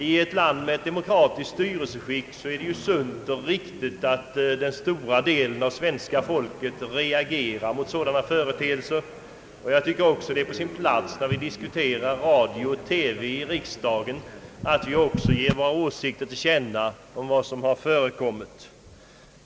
I ett land med demokratiskt styrelseskick är det sunt och riktigt att den stora delen av svenska folket reagerar mot sådana företeelser. Jag tycker också att det är på sin plats att vi, när vi i riksdagen diskuterar radio och TV, ger våra åsikter till känna om vad som förekommit.